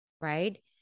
right